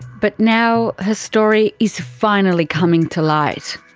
but now her story is finally coming to light.